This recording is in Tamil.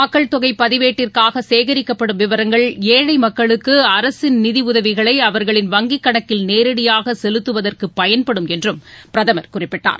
மக்கள் தொகை பதிவேட்டிற்காக சேகரிக்கப்படும் விவரங்கள் ஏழை மக்களுக்கு அரசின் நிதி உதவிகளை அவர்களின் அவங்கிக் கணக்கில் நேரடியாக செலுத்துவதற்கு பயன்படும் என்றும் பிரதமர் குறிப்பிட்டார்